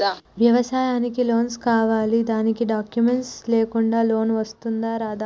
వ్యవసాయానికి లోన్స్ కావాలి దానికి డాక్యుమెంట్స్ లేకుండా లోన్ వస్తుందా రాదా?